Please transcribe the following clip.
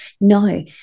No